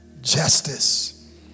justice